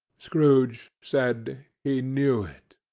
scrooge said he knew it.